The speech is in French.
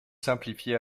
simplifiez